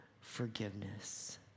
forgiveness